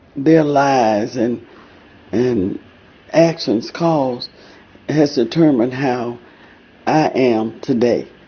their lives and and actions caused has determined how i am today.